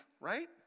right